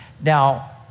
Now